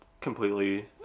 completely